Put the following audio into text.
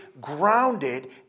grounded